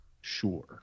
sure